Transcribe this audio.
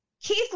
Keith